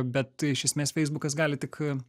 bet iš esmės feisbukas gali tik